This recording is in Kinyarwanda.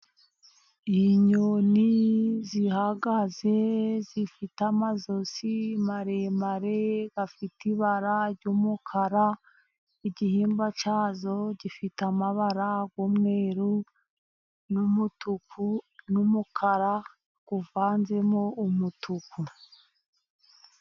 Inyoni zihagaze zifite amajosi maremare afite ibara ry'umukara. Igihimba cyazo gifite amabara y'umweru n'umutuku n'umukara uvanzemo umutuku.